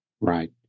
Right